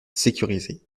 sécurisée